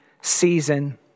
season